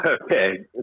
Okay